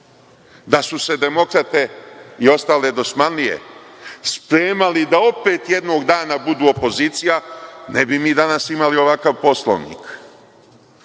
su se demokrate i ostale dosmanslije spremali da opet jednog dana budu opozicija ne bi mi danas imali ovakav Poslovnik.